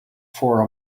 for